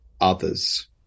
others